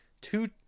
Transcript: two